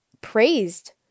praised